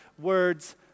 words